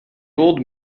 old